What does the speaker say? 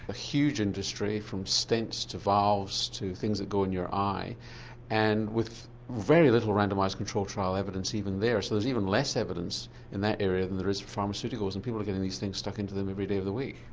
a huge industry from stents to valves, to things that go in your eye and with very little randomised controlled trial evidence even there, so there's even less evidence in that area than there is for pharmaceuticals. and people are getting these things stuck into them every day of the week.